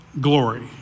glory